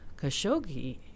Khashoggi